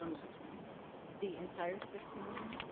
um six million dollars? the entire six million?